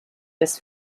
this